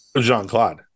Jean-Claude